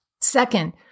Second